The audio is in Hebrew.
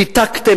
ניתקתם,